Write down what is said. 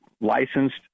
licensed